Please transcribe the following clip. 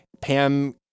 Pam